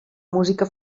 música